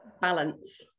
balance